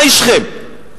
מהי שכם?